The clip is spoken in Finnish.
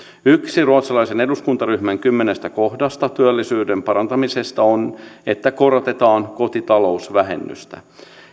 yksi ruotsalaisen eduskuntaryhmän kymmenestä kohdasta työllisyyden parantamiseksi on että korotetaan kotitalousvähennystä